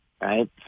right